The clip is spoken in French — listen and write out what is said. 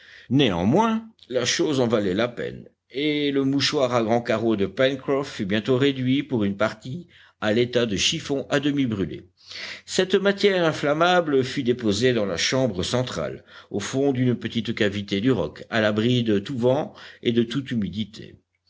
néanmoins la chose en valait la peine et le mouchoir à grands carreaux de pencroff fut bientôt réduit pour une partie à l'état de chiffon à demi brûlé cette matière inflammable fut déposée dans la chambre centrale au fond d'une petite cavité du roc à l'abri de tout vent et de toute humidité